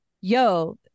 yo